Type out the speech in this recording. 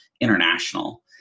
international